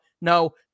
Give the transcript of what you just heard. No